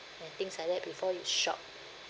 and things like that before you shop